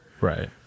Right